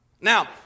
Now